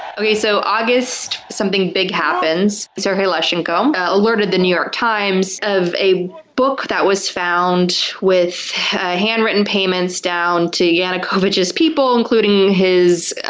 okay, so august, something big happens. serhiy leshchenko um ah alerted the new york times of a book that was found with handwritten payments down to yanukovych's people, including his